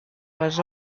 les